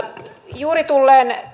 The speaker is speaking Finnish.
juuri tulleen